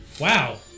Wow